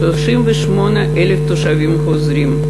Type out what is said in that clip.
38,000 תושבים חוזרים.